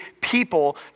people